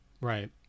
Right